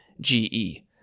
GE